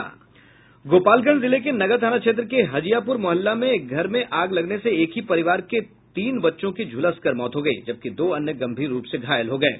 गोपालगंज जिले के नगर थाना क्षेत्र के हजियापुर मुहल्ला में एक घर में आग लगने से एक ही परिवार के तीन बच्चों की झुलसकर मौत हो गयी जबकि दो अन्य गम्भीर रूप से घायल हो गये